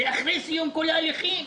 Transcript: זה אחרי סיום כל ההליכים.